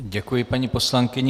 Děkuji paní poslankyni.